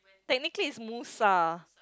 technically it's Musa